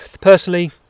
personally